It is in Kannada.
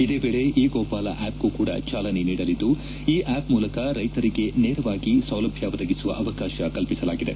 ಇದೇ ವೇಳಿ ಇ ಗೋಪಾಲ ಆಪ್ಗೂ ಕೂಡಾ ಚಾಲನೆ ನೀಡಲಿದ್ದು ಈ ಆಪ್ ಮೂಲಕ ರೈತರಿಗೆ ನೇರವಾಗಿ ಸೌಲಭ್ಯ ಒದಗಿಸುವ ಅವಕಾಶ ಕಲ್ಪಿಸಲಾಗಿದೆ